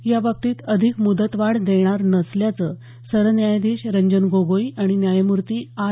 याबाबतीत अधिक मुदतवाढ देणार नसल्याचं सरन्यायाधीश रंजन गोगोई आणि न्यायमूर्ती आर